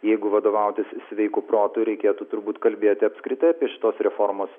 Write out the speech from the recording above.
jeigu vadovautis sveiku protu reikėtų turbūt kalbėti apskritai apie šitos reformos